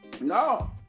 No